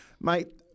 mate